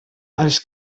els